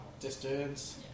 distance